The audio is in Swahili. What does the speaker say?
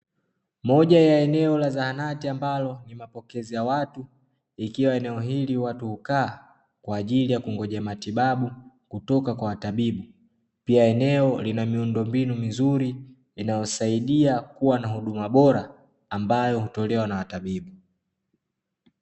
Moja ya eneo la zahanati ambalo ni mapokezi ya watu ikiwa eneo hili watu hukaa kwa ajili ya kungojea matibabu kutoka kwa watabibu, pia eneo lina miundombinu mizuri inayosaidia kuwa na huduma bora ambayo hutolewa na watabibu.